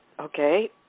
okay